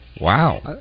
Wow